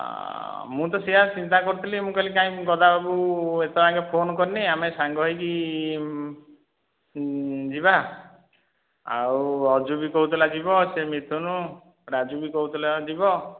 ମୁଁ ତ ସେଇଆ ଚିନ୍ତା କରୁଥିଲି ମୁଁ କହିଲି କାହିଁ ଗଜା ବାବୁ ଏତେ ଯାଆଁକେ ଫୋନ୍ କରିନି ଆମେ ସାଙ୍ଗ ହୋଇକି ଯିବା ଆଉ ଅଜୁ ବି କହୁଥିଲା ଯିବ ସେ ମିଥୁନୁ ରାଜୁ ବି କହୁଥିଲା ଯିବ